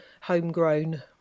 homegrown